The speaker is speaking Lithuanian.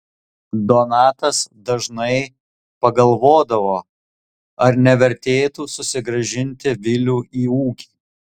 donatas dažnai pagalvodavo ar nevertėtų susigrąžinti vilių į ūkį